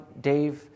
Dave